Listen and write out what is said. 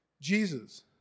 Jesus